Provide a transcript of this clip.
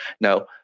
Now